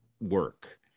work